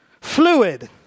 fluid